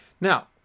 Now